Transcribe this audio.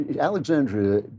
Alexandria